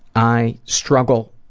i struggle,